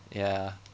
ya